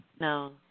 No